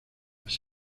las